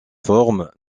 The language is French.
forme